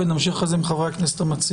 ונמשיך אחר כך עם חברי הכנסת המציעים.